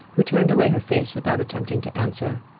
who turned away her face without attempting to answer.